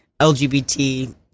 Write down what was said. LGBT